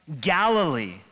Galilee